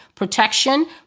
Protection